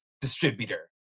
distributor